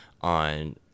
on